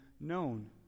known